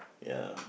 ya